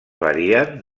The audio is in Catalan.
varien